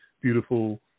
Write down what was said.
beautiful